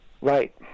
Right